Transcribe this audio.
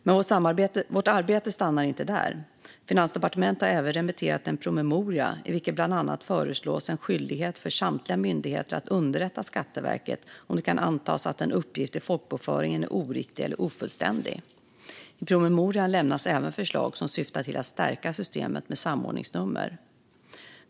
Men vårt arbete stannar inte där. Finansdepartementet har även remitterat en promemoria i vilken bland annat föreslås en skyldighet för samtliga myndigheter att underrätta Skatteverket om det kan antas att en uppgift i folkbokföringen är oriktig eller ofullständig. I promemorian lämnas även förslag som syftar till att stärka systemet med samordningsnummer.